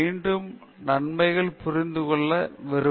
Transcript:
மீண்டும் நன்மைகள் பகிர்ந்து கொள்ள விருப்பம் அது மிகவும் முக்கியம்